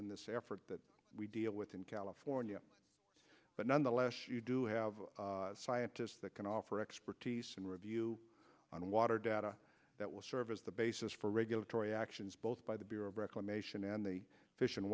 in this effort that we deal with in california but nonetheless you do have scientists that can offer expertise in review on water data that will serve as the basis for regulatory actions both by the bureau of reclamation an